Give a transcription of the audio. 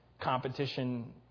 competition